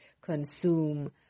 consume